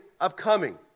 upcoming